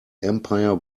empire